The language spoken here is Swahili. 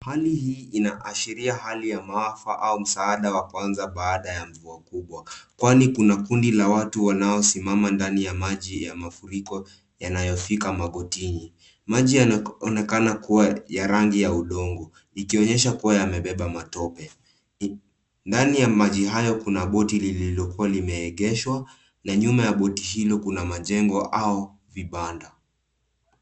Hali hii inaashiria hali ya maafa au msaada wa kwanza baada ya mvua kubwa. Kwani kuna kundi la watu wanaosimama ndani ya maji ya mafuriko yanayofika magotini. Maji yanaonekana kuwa ya rangi ya udongo ikionyesha kuwa yamebeba matope. Ndani ya maji hayo kuna boti lililokuwa limeegeshwa, na nyuma ya boti hilo kuna majengo au vibanda.